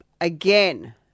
again